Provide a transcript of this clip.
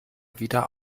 wieder